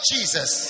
Jesus